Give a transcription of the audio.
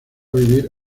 vivir